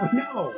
no